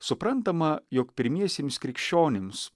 suprantama jog pirmiesiems krikščionims